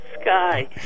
sky